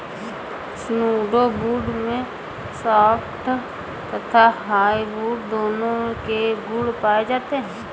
pseudo wood में soft तथा hardwood दोनों के गुण पाए जाते हैं